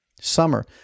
Summer